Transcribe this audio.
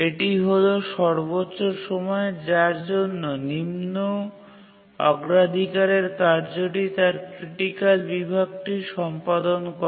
এটি হল সর্বোচ্চ সময় যার জন্য নিম্ন অগ্রাধিকারের কার্যটি তার ক্রিটিকাল বিভাগটি সম্পাদন করে